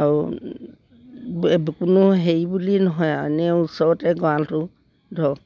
আৰু কোনো হেৰি বুলি নহয় আৰু এনেও ওচৰতে গড়ালটো ধৰক